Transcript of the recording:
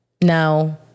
Now